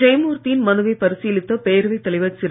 ஜெயமூர்த்தியின் மனுவை பரிசீலித்த பேரவை தலைவர் திரு